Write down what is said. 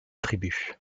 tribu